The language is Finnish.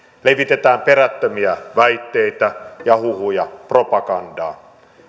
levitetään perättömiä väitteitä ja huhuja propagandaa